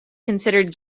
considered